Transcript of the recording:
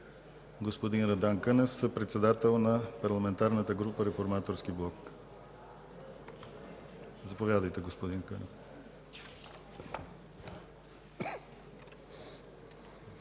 господин Радан Кънев – съпредседател на Парламентарната група на Реформаторски блок. Заповядайте, господин Кънев.